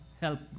help